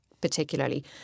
particularly